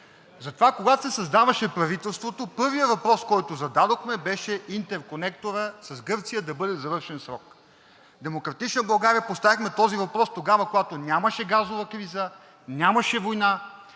Затова, когато се създаваше правителството, първия въпрос, който зададохме, беше интерконекторът с Гърция да бъде завършен в срок. От „Демократична България“ поставихме този въпрос тогава, когато нямаше газова криза, нямаше война,